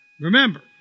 Remember